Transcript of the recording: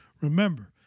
Remember